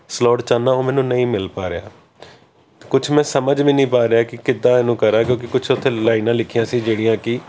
slot ਚਾਹੂੰਦਾ ਹੋ ਮੈਨੂੰ ਨਹੀਂ ਮਿਲ ਪਾ ਰਿਹਾ ਕੁਛ ਮੈਂ ਸਮਝ ਵੀ ਨਹੀਂ ਪਾ ਰਿਹਾ ਕਿ ਕਿੱਦਾਂ ਇਹਨੂੰ ਕਰਾਂ ਕਿਉਂਕਿ ਕੁਛ ਉੱਥੇ ਲਾਈਨਾਂ ਲਿਖੀਆਂ ਸੀ ਜਿਹੜੀਆਂ ਕਿ